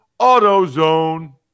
AutoZone